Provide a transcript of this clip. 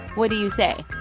what do you say?